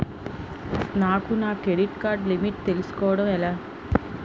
నాకు నా credit card limit తెలుసుకోవడం ఎలా?